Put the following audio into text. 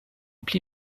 pli